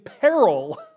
peril